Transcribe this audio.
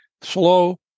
slow